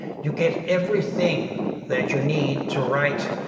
you get everything that you need to write